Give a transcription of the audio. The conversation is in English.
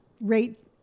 Rate